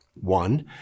One